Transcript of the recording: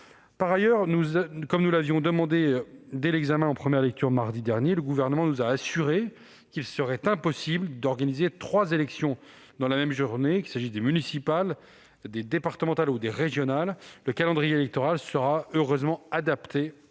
Par ailleurs, comme nous l'avions demandé dès l'examen en première lecture, mardi dernier, le Gouvernement nous a assuré qu'il serait impossible d'organiser trois élections dans la même journée, à savoir les municipales, les départementales et les régionales. Le calendrier électoral sera heureusement adapté